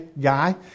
guy